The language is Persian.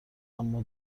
اما